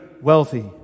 wealthy